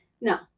no